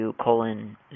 colon